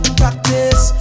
practice